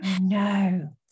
no